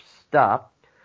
stop